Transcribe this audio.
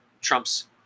Trump's